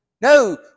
No